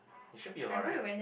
it should be alright